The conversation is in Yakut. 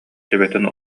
төбөтүн